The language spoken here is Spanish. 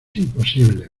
imposible